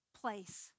place